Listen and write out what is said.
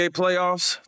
playoffs